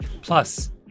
Plus